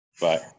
Bye